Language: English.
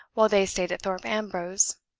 while they stayed at thorpe ambrose,